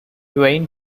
twain